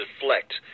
deflect